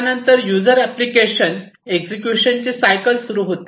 त्यानंतर user application execution ची cycle सुरू होते